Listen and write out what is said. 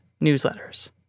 newsletters